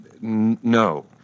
No